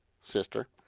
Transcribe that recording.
sister